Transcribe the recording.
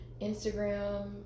Instagram